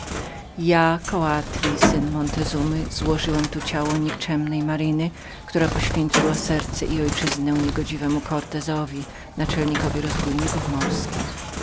ja koatril syn montezumy złożyłem tu ciało nikczemnej aksyny która poświęciła serce i ojczyznę niegodziwemu kortezowi naczelnikowi rozbójników morskich